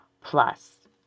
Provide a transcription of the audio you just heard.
plus